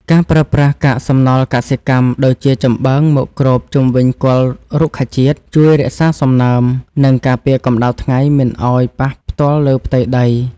ការប្រើប្រាស់កាកសំណល់កសិកម្មដូចជាចំបើងមកគ្របជុំវិញគល់រុក្ខជាតិជួយរក្សាសំណើម និងការពារកម្តៅថ្ងៃមិនឱ្យប៉ះផ្ទាល់លើផ្ទៃដី។